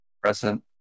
Present